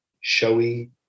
showy